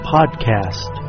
Podcast